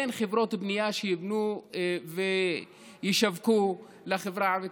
אין חברות בנייה שיבנו וישווקו לחברה הערבית.